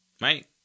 Right